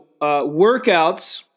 workouts